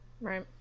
right